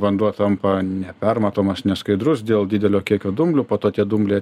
vanduo tampa nepermatomas neskaidrus dėl didelio kiekio dumblių po to tie dumbliai